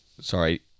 sorry